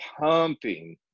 pumping